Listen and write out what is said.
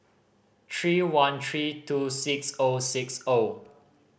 three one three two six O six O